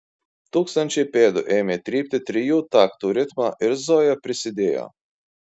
tūkstančiai pėdų ėmė trypti trijų taktų ritmą ir zoja prisidėjo